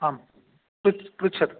आम् पृच्छतु